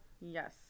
Yes